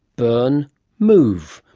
burn move.